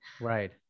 Right